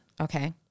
Okay